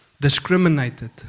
discriminated